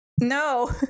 no